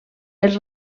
els